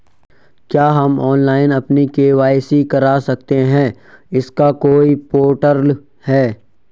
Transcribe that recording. क्या हम ऑनलाइन अपनी के.वाई.सी करा सकते हैं इसका कोई पोर्टल है?